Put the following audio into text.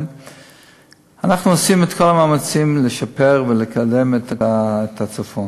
אנחנו עושים את כל המאמצים לשפר ולקדם את הצפון,